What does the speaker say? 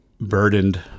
burdened